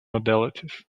modalities